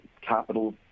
capital